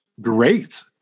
Great